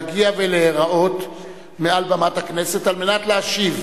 להגיע ולהיראות מעל במת הכנסת על מנת להשיב